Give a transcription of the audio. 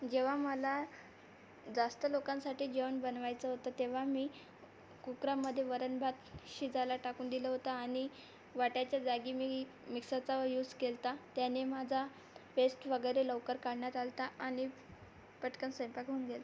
जेव्हा मला जास्त लोकांसाठी जेवण बनवायचं होतं तेव्हा मी कूक्रामध्ये वरणभात शिजायला टाकून दिलं होतं आणि वाटायच्या जागी मी मिक्सरचा यूज केला होता त्याने माझा पेस्ट वगैरे लवकर काढण्यात आला होता आणि पटकन सैंपाक होऊन गेला